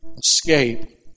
Escape